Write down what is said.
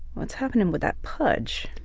what's happening with that pudge?